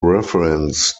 reference